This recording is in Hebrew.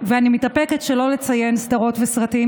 ואני מתאפקת שלא לציין סדרות וסרטים,